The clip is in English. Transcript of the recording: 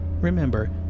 Remember